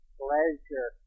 pleasure